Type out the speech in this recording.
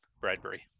Bradbury